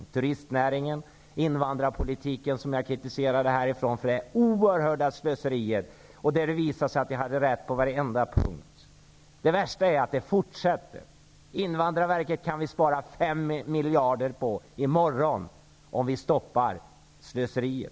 Det kan gälla turistnäringen eller invandrarpolitiken, som jag kritiserade för det oerhörda slöseriet. Det visade sig att jag hade rätt på varje punkt. Det värsta är att slöseriet fortsätter. Invandrarverket kan vi spara 5 miljarder på i morgon, om vi stoppar slöseriet.